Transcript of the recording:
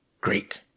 Greek